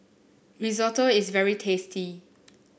risotto is very tasty